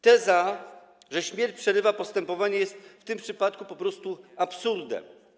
Teza, że śmierć przerywa postępowanie, jest w tym przypadku po prostu absurdem.